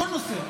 בכל נושא.